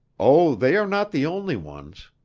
oh, they are not the only ones!